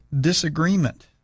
disagreement